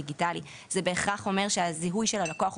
אנחנו מדברים כרגע --- זה מה שאני כרגע מבקשת לחדד.